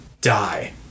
die